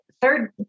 third